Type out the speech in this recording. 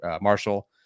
Marshall